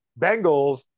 Bengals